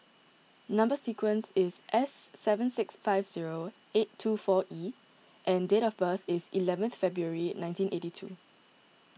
Number Sequence is S seven six five zero eight two four E and date of birth is eleventh February nineteen eighty two